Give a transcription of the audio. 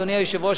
אדוני היושב-ראש,